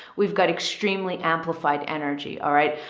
we've got extremely amplified energy. all right,